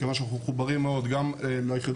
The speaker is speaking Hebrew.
מכיוון שאנחנו מחוברים מאוד גם ליחידות